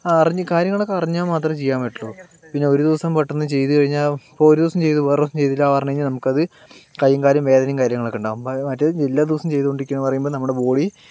ആ അറിഞ്ഞ് കാര്യങ്ങളൊക്കെ അറിഞ്ഞാൽ മാത്രമേ ചെയ്യാൻ പറ്റുള്ളു പിന്നെ ഒരു ദിവസം പെട്ടെന്ന് ചെയ്തു കഴിഞ്ഞാൽ ഇപ്പോൾ ഒരു ദിവസം ചെയ്തു വേറെ ദിവസം ചെയ്തില്ല പറഞ്ഞ് കഴിഞ്ഞാൽ നമുക്കത് കയ്യും കാലും വേദനയും കാര്യങ്ങളൊക്കെയുണ്ടാകും മറ്റേത് എല്ലാ ദിവസവും ചെയ്തുകൊണ്ടിരിക്കണമെന്ന് പറയുമ്പോൾ നമ്മുടെ ബോഡി